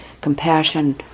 compassion